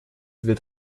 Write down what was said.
wird